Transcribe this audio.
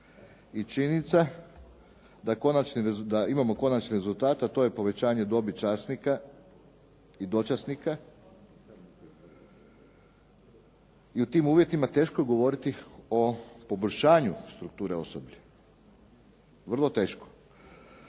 i činjenica je da imamo konačni rezultat a to je povećanje dobi časnika i dočasnika i u tim uvjetima teško je govoriti o poboljšanju strukture osoblja, vrlo teško.